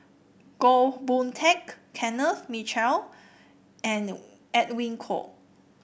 Goh Boon Teck Kenneth Mitchell and Edwin Koek